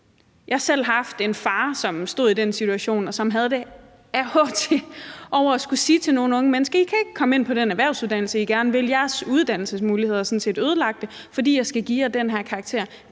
har selv haft en far, som stod i den situation, og som havde det ad h til over at skulle sige til nogle unge mennesker: I kan ikke komme ind på den erhvervsuddannelse, I gerne vil; jeres uddannelsesmuligheder er sådan set ødelagt, fordi jeg skal give jer den her karakter.